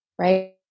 right